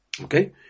okay